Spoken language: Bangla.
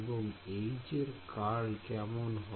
এবং H এর কারল কেমন হয়